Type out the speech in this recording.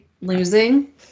losing